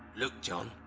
look, john,